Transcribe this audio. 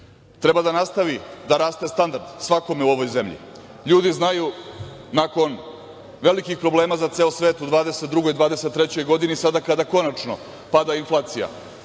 Treba da nastavi da raste standard, svakome u ovom zemlji. Ljudi znaju nakon velikih problema za ceo svet, u 2022. i 2023. godini sada kada konačno pada inflacija